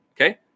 okay